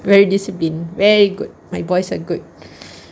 very discipline very good my boys are good